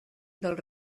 del